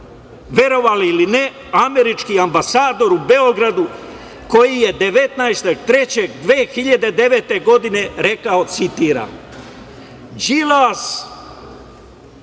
Verovali ili ne, američki ambasador u Beogradu koji je 19.3.2009. godine rekao, citiram